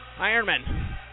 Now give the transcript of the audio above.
Ironman